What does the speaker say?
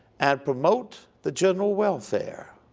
and promote the general welfare